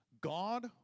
God